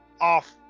off